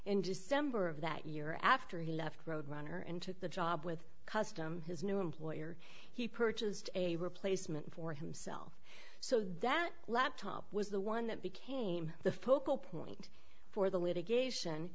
and december of that year after he left roadrunner and took the job with custom his new employer he purchased a replacement for himself so that laptop was the one that became the focal point for the litigation